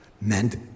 meant